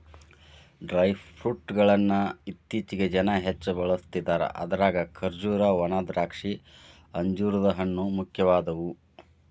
dry fruit ಗಳ್ಳನ್ನ ಇತ್ತೇಚಿಗೆ ಜನ ಹೆಚ್ಚ ಬಳಸ್ತಿದಾರ ಅದ್ರಾಗ ಖರ್ಜೂರ, ಒಣದ್ರಾಕ್ಷಿ, ಅಂಜೂರದ ಹಣ್ಣು, ಮುಖ್ಯವಾದವು